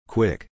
Quick